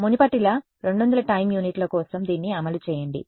మరియు మునుపటిలా 200 టైమ్ యూనిట్ల కోసం దీన్ని అమలు చేయండి